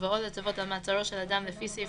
בבואו לצוות על מעצרו של אדם לפי סעיף